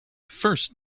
first